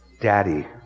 Daddy